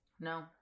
No